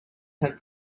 had